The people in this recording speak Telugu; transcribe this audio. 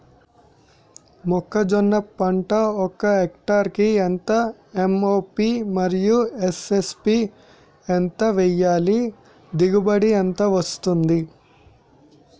మొక్కజొన్న పంట ఒక హెక్టార్ కి ఎంత ఎం.ఓ.పి మరియు ఎస్.ఎస్.పి ఎంత వేయాలి? దిగుబడి ఎంత వస్తుంది?